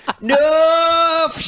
No